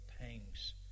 pangs